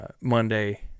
Monday